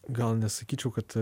gal nesakyčiau kad